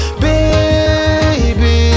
baby